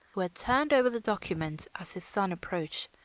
who had turned over the document as his son approached,